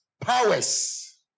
powers